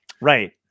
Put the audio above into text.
Right